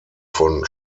von